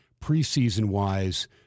preseason-wise